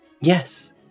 Yes